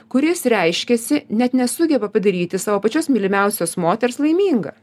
kuris reiškiasi net nesugeba padaryti savo pačios mylimiausios moters laiminga